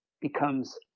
becomes